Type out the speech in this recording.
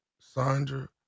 Sandra